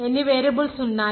ఎన్ని వేరియబుల్స్ ఉన్నాయి